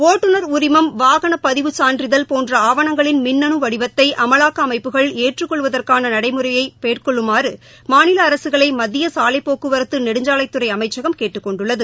ஒட்டுநர் உரிமம் வாகனப்பதிவு சான்றிதழ் போன்றஆவணங்களின் மின்னணுவடிவத்தைஅமலாக்கஅமைப்புகள் ஏற்றுக்கொள்வதற்கானநடை முறையை மேற்கொள்ளுமாறுமாநில அரசுகளைமத்தியசாவைப்போக்குவரத்துநெடுஞ்சா லைத் துறைஅமைச்சகம் கேட்டுக்கொண்டுள்ளது